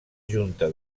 junta